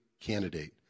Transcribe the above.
candidate